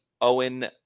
Owen